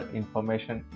information